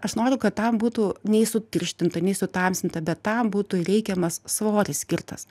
aš noriu kad tam būtų nei sutirštinta nei sutamsinta bet tam būtų reikiamas svoris skirtas